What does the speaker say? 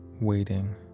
waiting